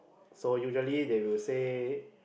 so usually they will say